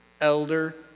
elder